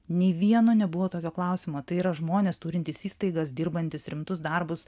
nei vieno nebuvo tokio klausimo tai yra žmonės turintys įstaigas dirbantys rimtus darbus